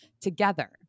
together